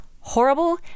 horrible